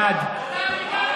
בעד אתה ביקרת,